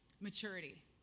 maturity